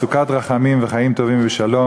סוכת רחמים וחיים טובים ושלום,